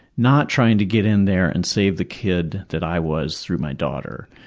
not trying to get in there and save the kid that i was through my daughter.